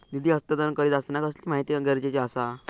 निधी हस्तांतरण करीत आसताना कसली माहिती गरजेची आसा?